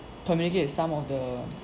communicate with some of the